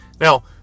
Now